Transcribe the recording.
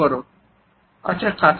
মাফ করো আচ্ছা